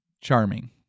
Charming